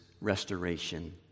restoration